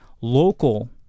local